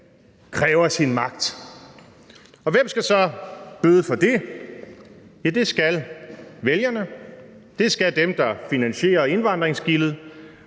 kræver sin magt. Og hvem skal så bøde for det? Ja, det skal vælgerne, det skal dem, der finansierer indvandringsgildet,